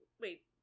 Wait